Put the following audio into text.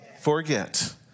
forget